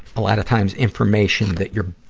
a lot of times, information that your,